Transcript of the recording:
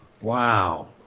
wow